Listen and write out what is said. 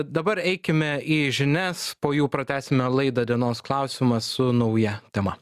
dabar eikime į žinias po jų pratęsime laidą dienos klausimas su nauja tema